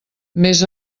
mes